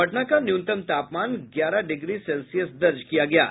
पटना का न्यूनतम तापमान ग्यारह डिग्री सेल्सियस दर्ज किया गया है